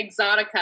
Exotica